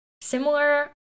similar